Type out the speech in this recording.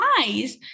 eyes